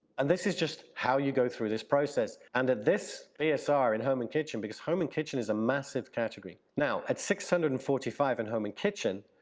and this is just how you go through this process and at this bsr in home and kitchen because home and kitchen is a massive category. now at six hundred and forty five in home and kitchen,